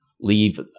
leave